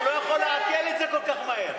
הוא לא יכול לעכל את זה כל כך מהר.